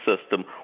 system